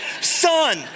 son